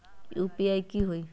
UPI की होई?